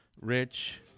Rich